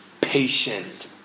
Patient